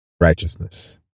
righteousness